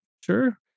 sure